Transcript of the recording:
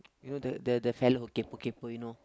you know the the the fellow kaypoh kaypoh you know